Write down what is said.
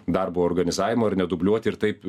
darbo organizavimo ir nedubliuoti ir taip